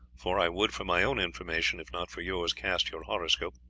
for i would for my own information if not for yours, cast your horoscope.